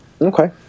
Okay